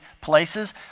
places